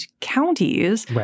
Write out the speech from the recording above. counties